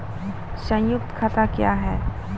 संयुक्त खाता क्या हैं?